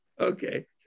Okay